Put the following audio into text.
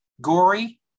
gory